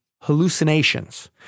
hallucinations